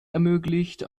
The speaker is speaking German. ermöglicht